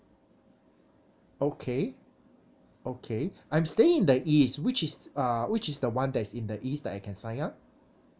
okay okay I'm staying in the east which is uh which is the [one] that's in the east that I can sign up